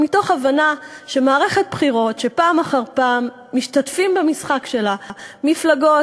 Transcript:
מתוך הבנה שמערכת בחירות שפעם אחר פעם משתתפים במשחק שלה מפלגות